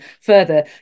further